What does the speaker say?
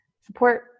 support